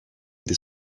des